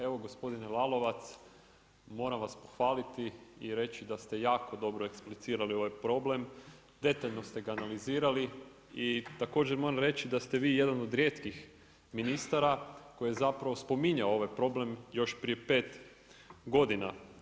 Evo gospodine Lalovac, moram vas pohvaliti i reći da ste jako dobro eksplicirali ovaj problem, detaljno ste ga analizirali i također moram reći da ste vi jedan od rijetkih ministara koji je spominjao ovaj problem još prije pet godina.